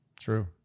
True